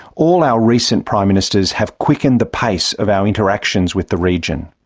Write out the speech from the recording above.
all our recent prime ministers have quickened the pace of our interactions with the region.